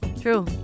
true